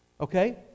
Okay